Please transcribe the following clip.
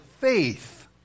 faith